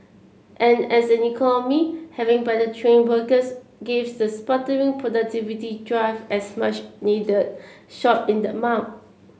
and as an economy having better trained workers gives the sputtering productivity drive as much needed shot in the